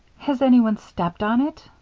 has anyone stepped on it?